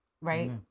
Right